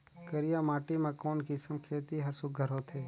करिया माटी मा कोन किसम खेती हर सुघ्घर होथे?